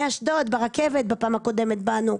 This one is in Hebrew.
מאשדוד, ברכבת בפעם הקודמת באנו.